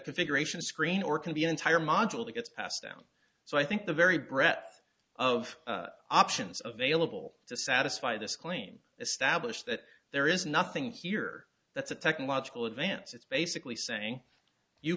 configuration screen or can be an entire module that gets passed down so i think the very breath of options available to satisfy this claim established that there is nothing here that's a technological advance it's basically saying you